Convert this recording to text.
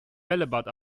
bällebad